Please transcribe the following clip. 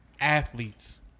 athletes